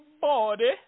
body